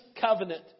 covenant